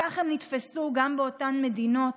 כך הם נתפסו גם באותן מדינות,